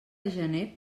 gener